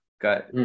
Got